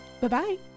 Bye-bye